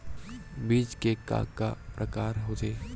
बीज के का का प्रकार होथे?